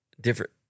Different